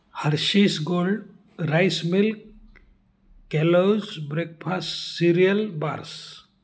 Hershey's gold rice milk Kellogg's breakfast cereal bars